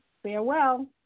Farewell